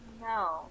no